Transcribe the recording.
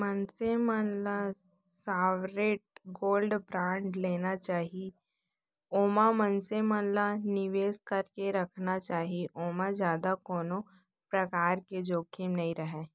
मनसे मन ल सॉवरेन गोल्ड बांड लेना चाही ओमा मनसे मन ल निवेस करके रखना चाही ओमा जादा कोनो परकार के जोखिम नइ रहय